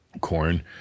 corn